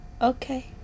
Okay